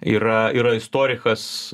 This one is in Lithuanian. yra yra istorikas